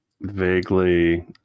vaguely